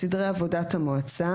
סדרי עבודת המועצה